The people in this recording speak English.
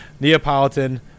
Neapolitan